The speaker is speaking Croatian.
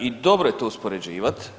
I dobro je to uspoređivati.